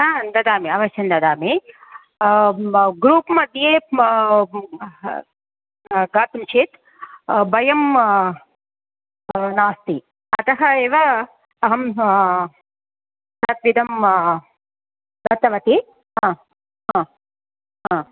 आं ददामि अवश्यन्ददामि ग्रूप् मध्ये गातुं चेत् भयं नास्ति अतः एव अहम् फ़स्ट् इदं दत्तवती